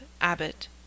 Abbott